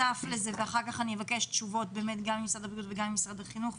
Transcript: אחר כך אני אבקש תשובות גם ממשרד הבריאות וגם ממשרד החינוך.